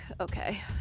Okay